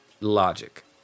Logic